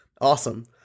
awesome